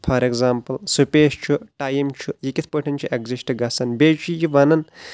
for example space چھُ time چھُ یہِ کتھ پٲٹھۍ چھ ایٚگزسٹ گژھان بییٚہ چھُ یہِ وَنان